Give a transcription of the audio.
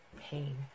pain